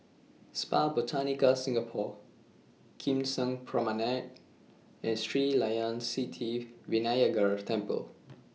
Spa Botanica Singapore Kim Seng Promenade and Sri Layan Sithi Vinayagar Temple